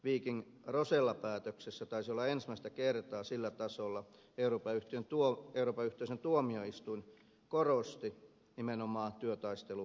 viking rosellaa koskevassa päätöksessä taisi olla että ensimmäistä kertaa sillä tasolla euroopan yhteisön tuomioistuin korosti nimenomaan työtaisteluoikeutta